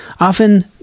often